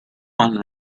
fun